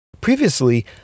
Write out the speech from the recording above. Previously